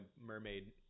mermaid